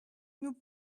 nous